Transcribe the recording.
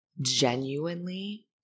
genuinely